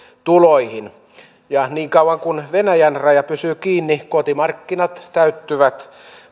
tuloihin niin kauan kuin venäjän raja pysyy kiinni kotimarkkinat täyttyvät